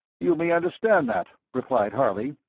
you may understand that, replied harley.